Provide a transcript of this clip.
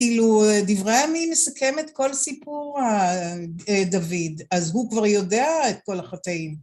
כאילו, דברי הימים מסכם את כל סיפור דוד, אז הוא כבר יודע את כל החטאים.